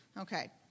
Okay